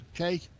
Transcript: Okay